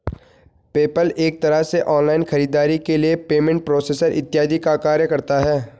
PayPal एक तरह से ऑनलाइन खरीदारी के लिए पेमेंट प्रोसेसर इत्यादि का कार्य करता है